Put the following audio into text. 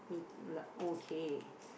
m~ okay